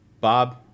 Bob